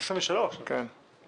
אדוני